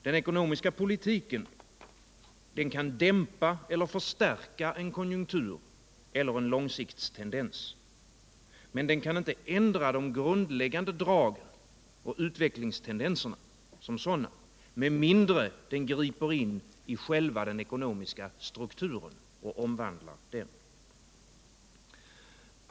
Den ekonomiska politiken kan dämpa eller förstärka en konjunktur eller en långsiktstendens. Men den kan inte ändra de grundkiggande dragen och utvecklingstendenserna som sådana, med mindre den griper in i själva den ekonomiska strukturen och omvandlar den.